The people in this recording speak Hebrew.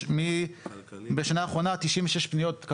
סך הכול בשנה האחרונה היו 96 פניות.